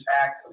Act